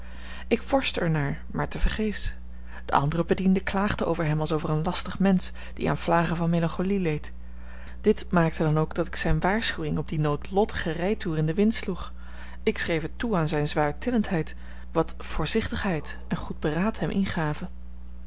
ik vorschte er naar maar tevergeefs de andere bedienden klaagden over hem als over een lastig mensch die aan vlagen van melancholie leed dit maakte dan ook dat ik zijne waarschuwing op dien noodlottigen rijtoer in den wind sloeg ik schreef het toe aan zijne zwaartillendheid wat voorzichtigheid en goed beraad hem ingaven